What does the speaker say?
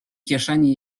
kieszeni